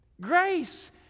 Grace